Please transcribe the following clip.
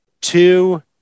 two